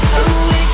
awake